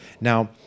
Now